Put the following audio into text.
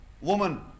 woman